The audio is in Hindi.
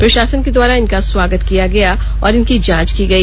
प्रषासन के द्वारा इनका स्वागत किया गया और इनकी जांच की गई